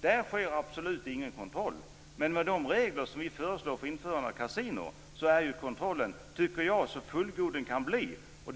Där sker absolut ingen kontroll, men med de regler som vi föreslår för införande av kasinon är kontrollen så god den kan bli.